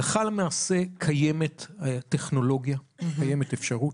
הלכה למעשה, קיימת טכנולוגיה, קיימת אפשרות,